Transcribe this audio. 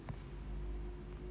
(uh huh)